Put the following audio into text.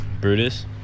Brutus